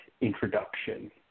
introduction